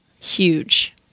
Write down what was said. huge